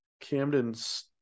Camden's